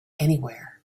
anywhere